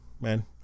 man